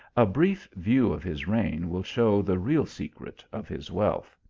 a brief view of his reign will show the real secret of his wealth.